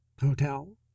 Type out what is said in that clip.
hotel